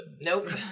Nope